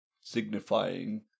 signifying